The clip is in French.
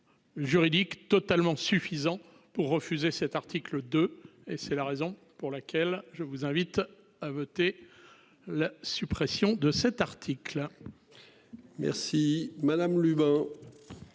Juridique totalement suffisant pour refuser cet article de et c'est la raison pour laquelle je vous invite à voter la suppression de cet article. Merci madame Lubin.